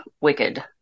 wicked